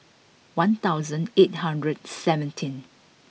one thousand eight hundred seventeen